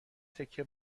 تکه